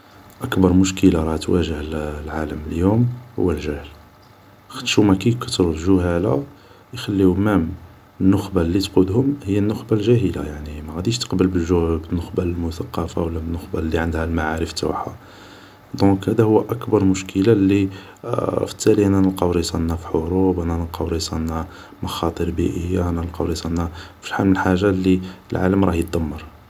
اكبر مشكلة راهي تواجه العالم اليوم هو الجهل خاطش هوما كي يكترو الجوهالة يخليو مام النخبة لي تقودهم هيا النخبة الجاهلة يعني ماغاديش تقبل النخبة المثقفة لا النخبة لي عندها معارف توعها دونك هدا هو أكبر مشكلة لي فالتالي رانا نلقاو راصنا في الحروب رانا نلقاو ريصانا في مخاطر بيئية رانا نلقاو ريصانا في شحال من حاجا لي العالم راه يدمر